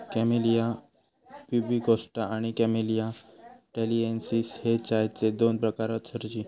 camellia प्यूबिकोस्टा आणि camellia टॅलिएन्सिस हे चायचे दोन प्रकार हत सरजी